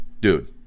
Dude